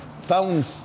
found